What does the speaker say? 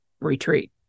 retreat